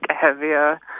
heavier